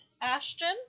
ashton